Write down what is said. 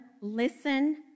listen